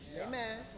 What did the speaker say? Amen